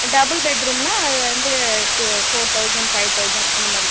double பெட்ரூம்ன்னா அது வந்து two four thousand five thousand அந்த மாதிரி